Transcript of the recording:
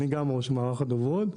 אני גם ראש מערך הדוברות.